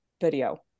video